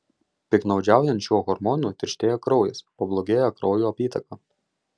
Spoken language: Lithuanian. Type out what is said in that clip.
piktnaudžiaujant šiuo hormonu tirštėja kraujas pablogėja kraujo apytaka